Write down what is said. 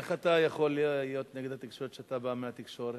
איך אתה יכול להיות נגד התקשורת כשאתה בא מהתקשורת?